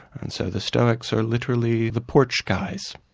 and so the stoics are literally the porch guys.